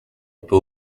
peut